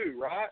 right